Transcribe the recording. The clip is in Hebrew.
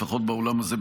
לפחות באולם הזה,